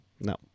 No